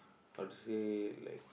how to say like